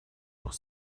doch